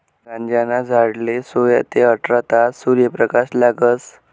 गांजाना झाडले सोया ते आठरा तास सूर्यप्रकाश लागस